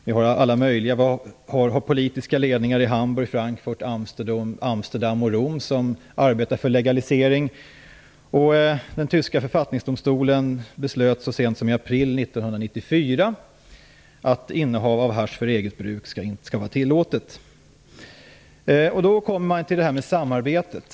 Det finns alla möjliga politiska ledningar i Hamburg, Frankfurt, Amsterdam och Rom som arbetar för en legalisering. Den tyska författningsdomstolen beslöt så sent som i april 1994 att innehav av hasch för eget bruk skall vara tillåtet. Då kommer jag in på frågan om samarbetet.